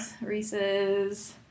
Reese's